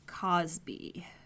cosby